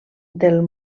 del